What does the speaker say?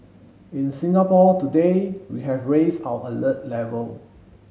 in Singapore today we have raised our alert level